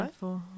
right